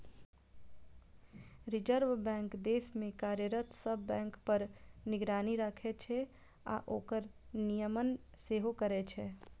reserve bank देश मे कार्यरत सब बैंक पर निगरानी राखै छै आ ओकर नियमन सेहो करै छै